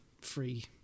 free